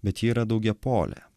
bet ji yra daugiapolė